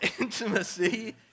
intimacy